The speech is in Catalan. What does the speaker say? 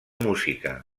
música